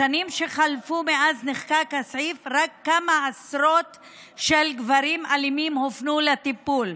בשנים שחלפו מאז נחקק הסעיף רק כמה עשרות גברים אלימים הופנו לטיפול.